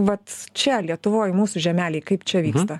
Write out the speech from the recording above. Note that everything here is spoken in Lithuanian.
vat čia lietuvoj mūsų žemelėj kaip čia vyksta